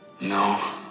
No